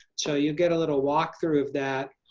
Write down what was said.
so you get a little walkthrough of that.